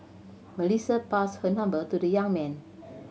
Melissa passed her number to the young man